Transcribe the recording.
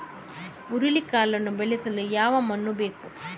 ಹುರುಳಿಕಾಳನ್ನು ಬೆಳೆಸಲು ಯಾವ ಮಣ್ಣು ಬೇಕು?